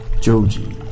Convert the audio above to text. Joji